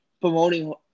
promoting